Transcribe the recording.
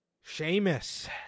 Sheamus